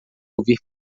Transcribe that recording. ouvir